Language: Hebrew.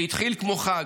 זה התחיל כמו חג.